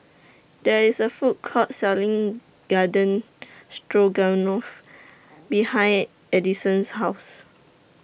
There IS A Food Court Selling Garden Stroganoff behind Adison's House